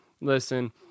listen